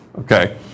Okay